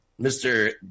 mr